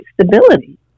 stability